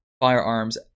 firearms